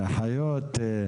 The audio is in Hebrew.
אחיות.